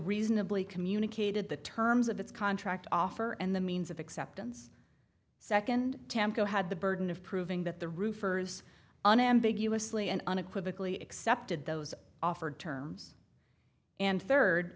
reasonably communicated the terms of its contract offer and the means of acceptance second tempo had the burden of proving that the roofers unambiguously and unequivocally accepted those offered terms and third